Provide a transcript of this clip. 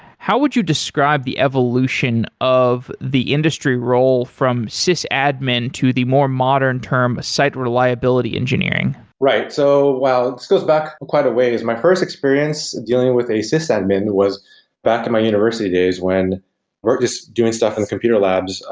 how would you describe the evolution of the industry role from sysadmin to the more modern term sight reliability engineering? right. so well, this goes back quite a ways. my first experience dealing with a sysadmin was back in my university days when we're just doing stuff in the computer labs,